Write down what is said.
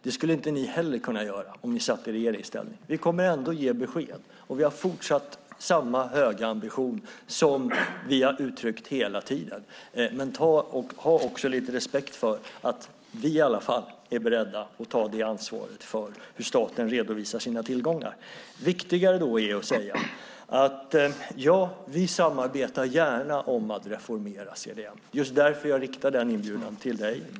Det skulle inte ni heller kunna göra, Jens Holm, om ni satt i regeringsställning. Vi kommer att ge besked, och vi har fortsatt samma höga ambition som vi har uttryckt hela tiden. Men ha lite respekt för att vi är beredda att ta ansvar för hur staten redovisar sina tillgångar. Viktigare att säga är att ja, vi samarbetar gärna om att reformera CDM. Det är därför jag riktar den inbjudan till dig.